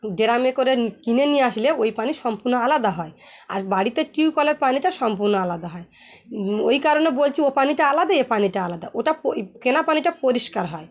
ড্রামে করে কিনে নিয়ে আসলে ওই পানি সম্পূর্ণ আলাদা হয় আর বাড়িতে টিউবওয়েলের পানিটা সম্পূর্ণ আলাদা হয় ওই কারণে বলছি ওই পানিটা আলাদা এ পানিটা আলাদা ওটা ওই কেনা পানিটা পরিষ্কার হয়